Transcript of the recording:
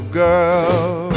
girl